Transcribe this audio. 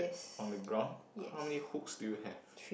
on the ground how many hooks do you have